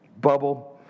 bubble